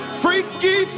freaky